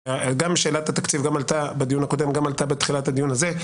שאלת התקציב עלתה בדיון הקודם וגם בתחילת הדיון הזה,